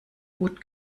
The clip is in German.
gut